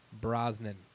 Brosnan